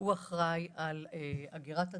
הוא אחראי על אגירת הדם,